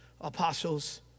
Apostles